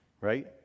Right